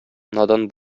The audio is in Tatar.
надан